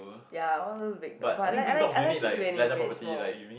ya all those big dog but I like I like it when it make small